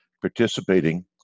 participating